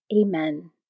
Amen